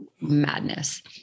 madness